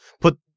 Put